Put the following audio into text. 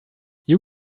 you